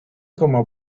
como